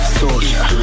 soldier